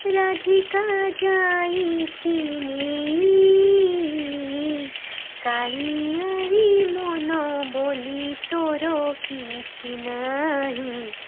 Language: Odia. ରାଧିକା ଯାଇଛି ନେଇ କାଳିଆରେ ମନ ବୋଲି ତୋର କିଛି ନାହିଁ